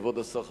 כבוד השר,